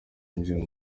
yinjira